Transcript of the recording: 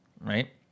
right